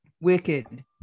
wicked